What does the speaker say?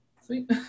sweet